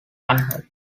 unhurt